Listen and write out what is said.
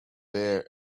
bear